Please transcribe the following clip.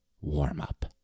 warm-up